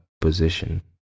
position